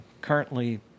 currently